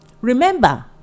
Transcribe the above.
remember